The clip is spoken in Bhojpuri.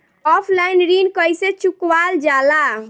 ऑफलाइन ऋण कइसे चुकवाल जाला?